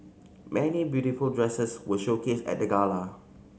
many beautiful dresses were showcased at the gala